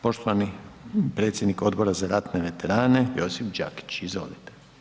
Poštovani predsjednik Odbora za ratne veterane Josip Đakić, izvolite.